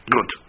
Good